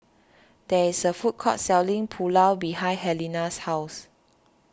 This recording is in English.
there is a food court selling Pulao behind Helena's house